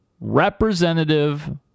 Representative